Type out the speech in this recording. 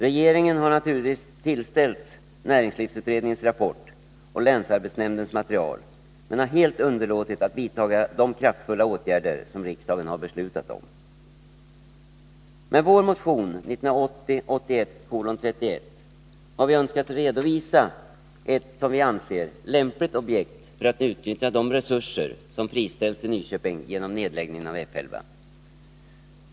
Regeringen har naturligtvis tillställts näringslivsutredningens rapport och länsarbetsnämndens material men har helt underlåtit att vidtaga de kraftfulla åtgärder som riksdagen har beslutat om. Med vår motion 1980/81:31 har vi önskat redovisa ett, som vi anser, lämpligt objekt för att utnyttja de resurser som friställs i Nyköping genom nedläggningen av F 11.